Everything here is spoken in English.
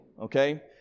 okay